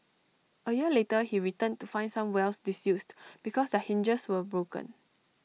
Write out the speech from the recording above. A year later he returned to find some wells disused because their hinges were broken